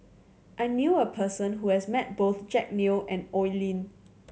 I knew a person who has met both Jack Neo and Oi Lin